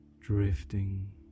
drifting